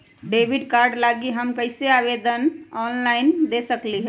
Debit card लागी हम कईसे ऑनलाइन आवेदन दे सकलि ह?